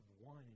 one